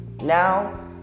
now